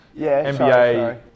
NBA